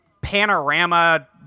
panorama